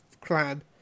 clan